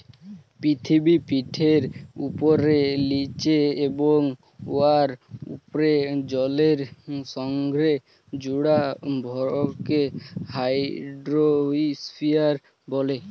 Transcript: পিথিবীপিঠের উপ্রে, লিচে এবং উয়ার উপ্রে জলের সংগে জুড়া ভরকে হাইড্রইস্ফিয়ার ব্যলে